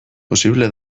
posible